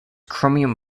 chromium